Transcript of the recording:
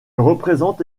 représente